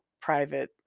private